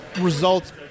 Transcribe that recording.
results